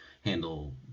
handle